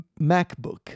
MacBook